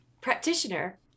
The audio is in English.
practitioner